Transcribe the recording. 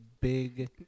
big